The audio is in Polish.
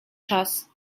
czas